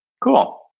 Cool